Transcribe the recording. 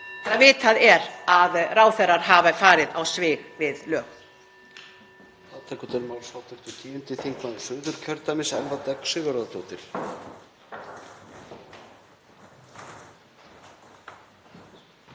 þegar vitað er að ráðherrar hafi farið á svig við lög.